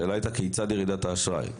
השאלה הייתה כיצד ירידת האשראי,